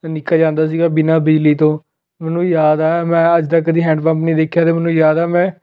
ਨਿੱਕਲ ਜਾਂਦਾ ਸੀਗਾ ਬਿਨਾਂ ਬਿਜਲੀ ਤੋਂ ਮੈਨੂੰ ਯਾਦ ਆ ਮੈਂ ਅੱਜ ਤੱਕ ਕਦੇ ਹੈਂਡ ਪੰਪ ਨਹੀਂ ਦੇਖਿਆ ਅਤੇ ਮੈਨੂੰ ਯਾਦ ਆ ਮੈਂ